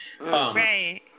right